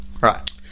right